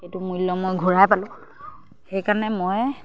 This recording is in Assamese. এইটো মূল্য মই ঘূৰাই পালোঁ সেইকাৰণে মই